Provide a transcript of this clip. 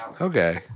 Okay